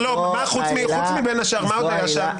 חוץ מבין השאר, מה עוד היה שם?